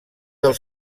del